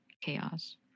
chaos